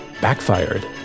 backfired